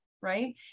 right